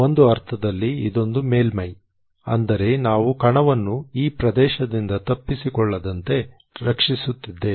ಒಂದು ಅರ್ಥದಲ್ಲಿ ಇದೊಂದು ಮೇಲ್ಮೈ ಅಂದರೆ ನಾವು ಕಣವನ್ನು ಈ ಪ್ರದೇಶದಿಂದ ತಪ್ಪಿಸಿಕೊಳ್ಳದಂತೆ ರಕ್ಷಿಸುತ್ತಿದ್ದೇವೆ